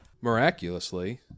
Miraculously